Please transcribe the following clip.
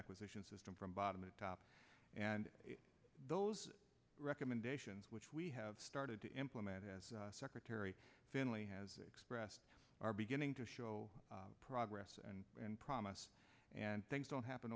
acquisition system from bottom to top and those recommendations which we have started to implement has secretary family has expressed are beginning to show progress and promise and things don't happen